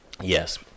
Yes